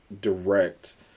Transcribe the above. direct